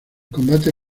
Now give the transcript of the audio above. combate